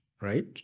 right